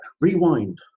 rewind